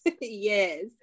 yes